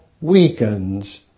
weakens